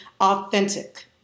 authentic